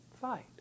fight